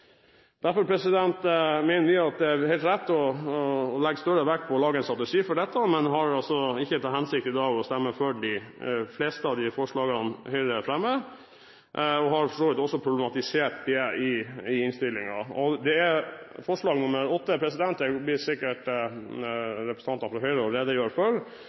det er helt rett å legge større vekt på å lage en strategi for dette, men vi har altså ikke til hensikt i dag å stemme for de fleste av de forslagene Høyre fremmer, og har for så vidt også problematisert det i innstillingen. Når det gjelder forslag nr. 8, vil sikkert representanter fra Høyre redegjøre for